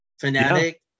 fanatic